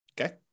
okay